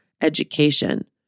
education